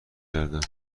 کردم